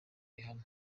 rihanna